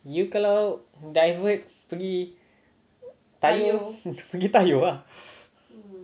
you kalau divert pergi tayoh pergi tayoh ah